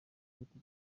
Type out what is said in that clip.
sauti